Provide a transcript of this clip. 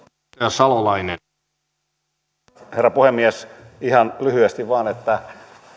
arvoisa herra puhemies ihan lyhyesti vain että